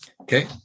Okay